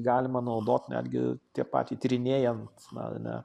galima naudot netgi tiek patį tyrinėjant na ne